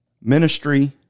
ministry